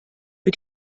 für